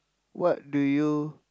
what do you